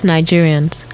Nigerians